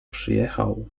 przyjechał